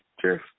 Cheers